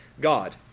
God